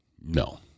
no